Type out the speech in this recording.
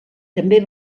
també